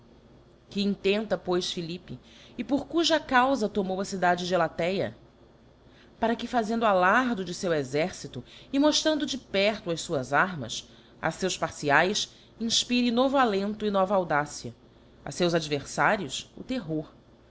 que intenta pois philippe e por cuja caufa tomou a cidade de ehatéa para que fazendo alardo de feu exercito e moftrando de perto as fuás armas a feus parciaes infpire novo alento e nova audácia a feus adverfarios o terror